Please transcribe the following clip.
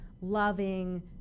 loving